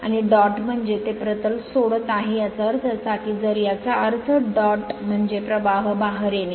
आणि डॉट म्हणजे ते प्रतल सोडत आहे याचा अर्थ असा की जर याचा अर्थ डॉट म्हणजे प्रवाह बाहेर येणे